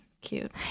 cute